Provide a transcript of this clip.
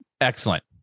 excellent